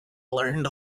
learned